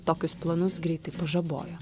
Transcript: tokius planus greitai pažabojo